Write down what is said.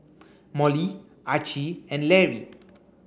Molly Archie and Lary